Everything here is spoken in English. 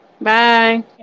Bye